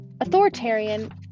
authoritarian